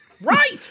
right